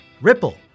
Ripple